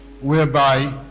whereby